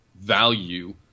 value